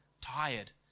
tired